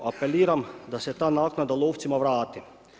Apeliram da se ta naknada lovcima vrati.